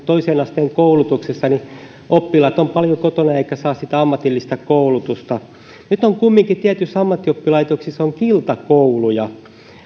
toisen asteen koulutuksessa oppilaat ovat paljon kotona eivätkä saa sitä ammatillista koulutusta nyt kumminkin tietyissä ammattioppilaitoksissa on kiltakouluja